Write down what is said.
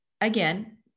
Again